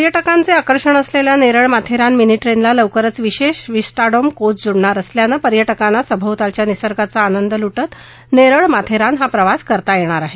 पर्यटकांचे आकर्षण असलेल्या नेरळ माथेरान मिनी ट्रेनला लवकरच विशेष विस्टाडोम कोच जोडणार असल्यानं पर्यटकांना सभोवतालच्या निसर्गाचा आनंद लुटत नेरळ माथेरान हा प्रवास करता येणार आहे